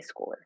schooler